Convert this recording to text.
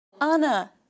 Anna